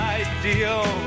ideal